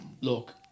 Look